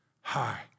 high